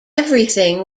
everything